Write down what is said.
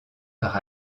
par